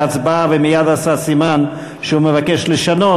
בהצבעה ומייד עשה סימן שהוא מבקש לשנות,